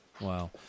Wow